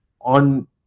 on